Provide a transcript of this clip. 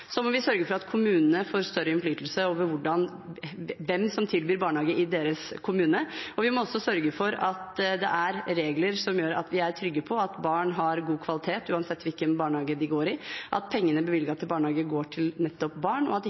Så må vi sørge for at kommunene får større innflytelse over hvem som tilbyr barnehage i deres kommune. Vi må også sørge for at det er regler som gjør at vi er trygge på at barn får god kvalitet uansett hvilken barnehage de går i, at pengene bevilget til barnehage går til nettopp barn, og at